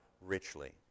richly